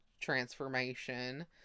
transformation